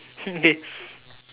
okay